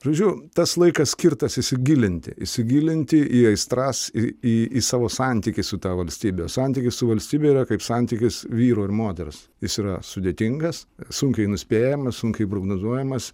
žodžiu tas laikas skirtas įsigilinti įsigilinti į aistras ir į savo santykį su ta valstybe santykis su valstybe yra kaip santykis vyro ir moters jis yra sudėtingas sunkiai nuspėjamas sunkiai prognozuojamas